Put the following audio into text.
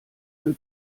für